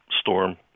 storm